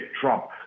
Trump